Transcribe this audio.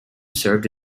served